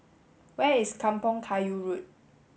where is Kampong Kayu Road